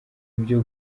ibyo